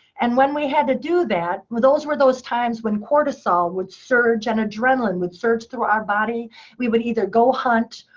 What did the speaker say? and when we had to do that, well, those were those times when cortisol would surge, and adrenaline would surge through our body. we would either go hunt,